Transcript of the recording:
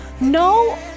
No